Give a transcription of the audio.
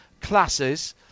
classes